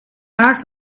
laag